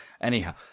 Anyhow